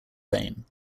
fame